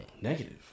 negative